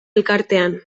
elkartean